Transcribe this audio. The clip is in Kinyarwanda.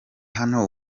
hano